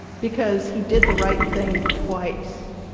because he did the right thing twice.